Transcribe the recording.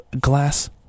Glass